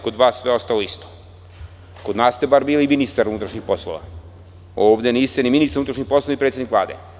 Kod nas ste bar bili ministar unutrašnjih poslova, ovde niste ni ministar unutrašnjih poslova ni predsednik Vlade.